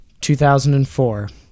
2004